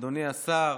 אדוני השר,